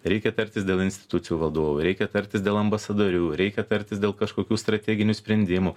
reikia tartis dėl institucijų vadovų reikia tartis dėl ambasadorių reikia tartis dėl kažkokių strateginių sprendimų